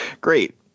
Great